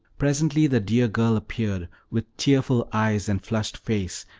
presently the dear girl appeared, with tearful eyes and flushed face,